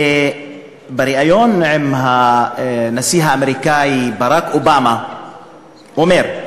בריאיון עם הנשיא האמריקני ברק אובמה הוא אומר: